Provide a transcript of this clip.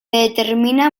determina